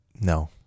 No